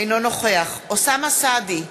אינו נוכח אוסאמה סעדי,